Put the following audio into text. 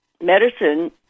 medicine